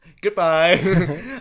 Goodbye